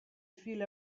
feel